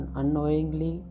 unknowingly